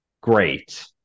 Great